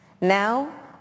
Now